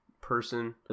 person